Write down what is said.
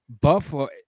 Buffalo